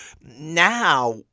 Now